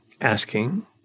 asking